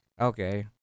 Okay